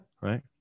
Right